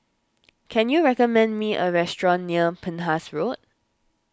can you recommend me a restaurant near Penhas Road